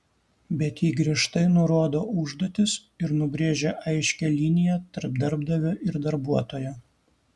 bet ji griežtai nurodo užduotis ir nubrėžia aiškią liniją tarp darbdavio ir darbuotojo